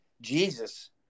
Jesus